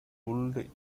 pulled